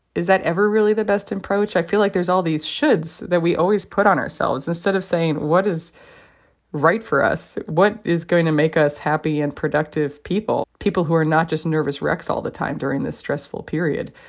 is that ever really the best approach? i feel like there's all these shoulds that we always put on ourselves instead of saying, what is right for us? what is going to make us happy and productive people, people who are not just nervous wrecks all the time during this stressful period?